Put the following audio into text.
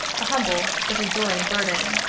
a humble but adoring burden?